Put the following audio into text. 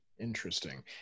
Interesting